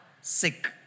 sick